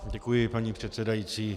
Děkuji, paní předsedající.